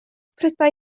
prydau